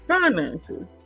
finances